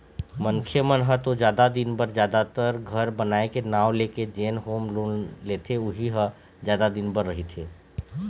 मनखे मन ह तो जादा दिन बर जादातर घर बनाए के नांव लेके जेन होम लोन लेथे उही ह जादा दिन बर रहिथे